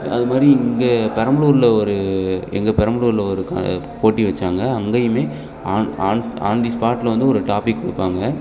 அது மாதிரி இங்கே பெரம்பலூரில் ஒரு எங்கள் பெரம்பலூரில் ஒரு க போட்டி வச்சாங்க அங்கேயுமே ஆன் ஆன் ஆன் தி ஸ்பாட்டில் வந்து ஒரு டாப்பிக் கொடுப்பாங்க